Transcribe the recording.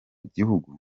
gihugu